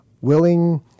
willing